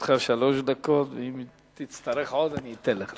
לרשותך שלוש דקות, ואם תצטרך עוד אני אתן לך.